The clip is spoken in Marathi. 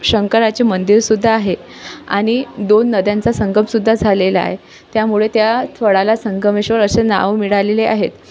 शंकराचे मंदिर सुद्धा आहे आणि दोन नद्यांचा संगम सुद्धा झालेला आहे त्यामुळे त्या थ्वळाला संगमेश्वर असे नाव मिळालेले आहेत